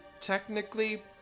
technically